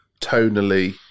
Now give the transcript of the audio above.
tonally